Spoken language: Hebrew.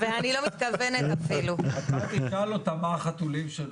בואו נתמקד כרגע בתרנגולים.